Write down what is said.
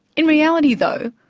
in reality though,